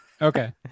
Okay